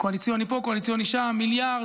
קואליציוני פה, קואליציוני שם, מיליארד.